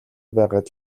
байгаад